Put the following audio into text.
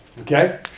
Okay